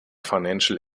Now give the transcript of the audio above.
financial